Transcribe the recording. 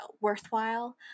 worthwhile